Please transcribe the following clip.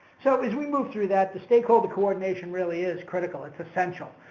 so, as we move through that the stakeholder coordination really is critical, it's essential,